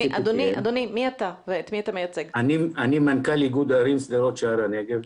אני מנכ"ל איגוד ערים שדרות שער הנגב.